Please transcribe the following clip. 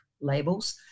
labels